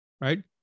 right